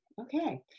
okay